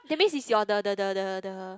that means it's your the the the the the